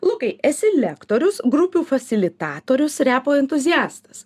lukai esi lektorius grupių fasilitatorius repo entuziastas